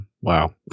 wow